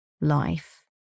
life